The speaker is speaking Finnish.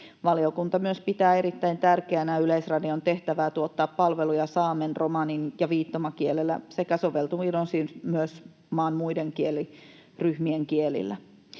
Valiokunta myös pitää erittäin tärkeänä Yleisradion tehtävää tuottaa palveluja saamen, romanin ja viittomakielellä sekä soveltuvin osin myös maan muiden kieliryhmien kielillä.